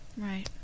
Right